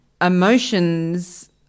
Emotions